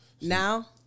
now